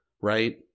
right